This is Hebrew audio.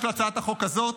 של הצעת החוק הזאת,